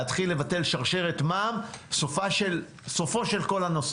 להתחיל לבטל שרשרת מע"מ סופו של כל הנושא.